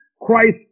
Christ